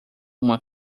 uma